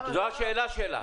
זו השאלה שלה.